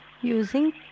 using